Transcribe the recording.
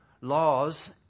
laws